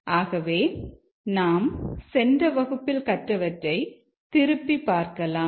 ஆகவே நாம் சென்ற வகுப்பில் கற்றவற்றை திருப்பி பார்க்கலாம்